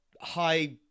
high